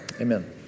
Amen